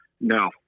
No